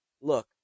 look